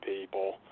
people